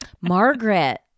Margaret